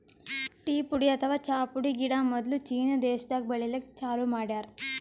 tea ಪುಡಿ ಅಥವಾ ಚಾ ಪುಡಿ ಗಿಡ ಮೊದ್ಲ ಚೀನಾ ದೇಶಾದಾಗ್ ಬೆಳಿಲಿಕ್ಕ್ ಚಾಲೂ ಮಾಡ್ಯಾರ್